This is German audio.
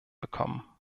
bekommen